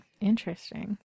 interesting